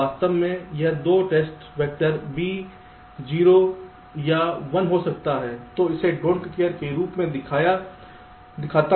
तो वास्तव में यह 2 टेस्ट वैक्टर है B 0 या 1 हो सकता है मैं इसे डोंट केयर don't care के रूप में दिखाता हूं